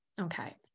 Okay